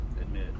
admit